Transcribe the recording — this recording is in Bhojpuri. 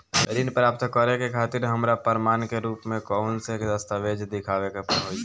ऋण प्राप्त करे के खातिर हमरा प्रमाण के रूप में कउन से दस्तावेज़ दिखावे के होइ?